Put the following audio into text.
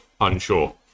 Unsure